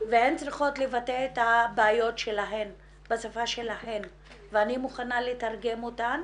לבטא את הבעיות שלהן בשפה שלהן ואני מוכנה לתרגם אותן,